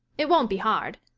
it won't be hard.